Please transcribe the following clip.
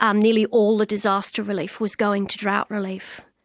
um nearly all the disaster relief was going to drought relief.